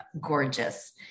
gorgeous